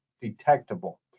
detectable